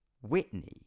Whitney